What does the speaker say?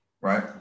right